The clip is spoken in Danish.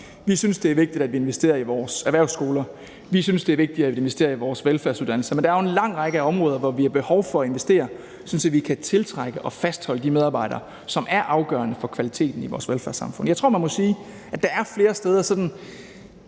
Vi synes, at det er vigtigt, at vi investerer i vores erhvervsskoler. Vi synes, at det er vigtigt at investere i vores velfærdsuddannelser. Men der er jo en lang række af områder, hvor vi har behov for at investere, sådan at vi kan tiltrække og fastholde de medarbejdere, som er afgørende for kvaliteten i vores velfærdssamfund. Jeg tror, at man må sige, at der er flere steder,